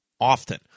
Often